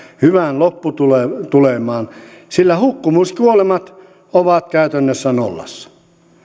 hyvään lopputulemaan sillä hukkumiskuolemat ovat käytännössä nollassa